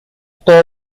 todos